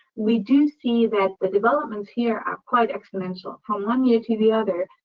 we do see that the developments here are quite exponential. from one year to the other,